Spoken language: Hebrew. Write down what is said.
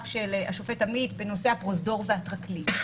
של השופט עמית בנושא הפרוזדור והטרקלין,